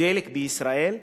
ודלק בישראל,